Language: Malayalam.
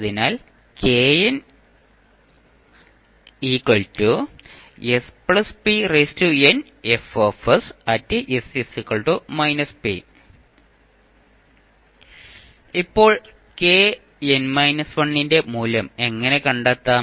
അതിനാൽ ഇപ്പോൾ kn−1 ന്റെ മൂല്യം എങ്ങനെ കണ്ടെത്താം